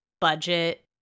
budget